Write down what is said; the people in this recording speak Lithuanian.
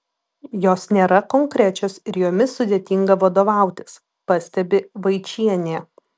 jos nėra konkrečios ir jomis sudėtinga vadovautis pastebi vaičienė